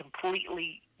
completely